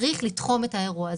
צריך לתחום את האירוע הזה.